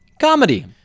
comedy